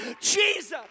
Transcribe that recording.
Jesus